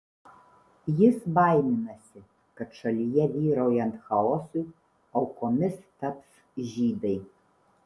jis baiminasi kad šalyje vyraujant chaosui aukomis taps žydai